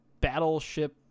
Battleship